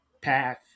path